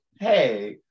hey